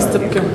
מסתפקים.